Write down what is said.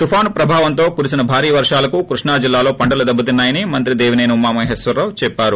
తుపాను ప్రభావంతో కురిసిన భారీ వర్షాలకు కృష్ణా జిల్లాలో పంటలు దెబ్బతిన్నాయని మంత్రి దేవిసేని ఉమామహేశ్వరరావు తెలిపారు